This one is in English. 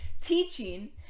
teaching